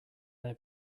their